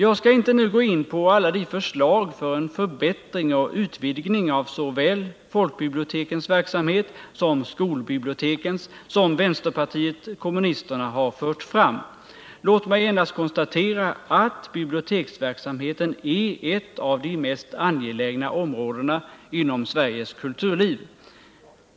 Jag skall inte nu gå in på alla de förslag för en förbättring och utvidgning av såväl folkbibliotekens som skolbibliotekens verksamhet som vänsterpartiet kommunisterna fört fram. Låt mig endast konstatera att biblioteksverksamheten är ett av de mest angelägna områdena inom Sveriges kulturliv.